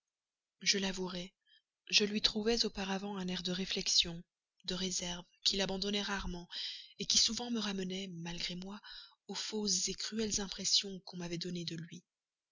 je l'avouerai je lui trouvais auparavant un air de réflexion de réserve qui l'abandonnait rarement qui souvent me ramenait malgré moi aux fausses cruelles impressions qu'on m'avait données de lui